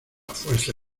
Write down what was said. fuerza